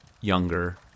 younger